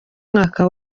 umwaka